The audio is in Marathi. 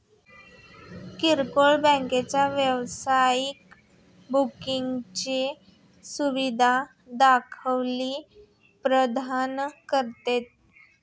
किरकोळ बँक वैयक्तिक बँकिंगची सुविधा देखील प्रदान करते